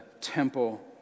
temple